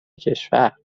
کشور